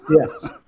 Yes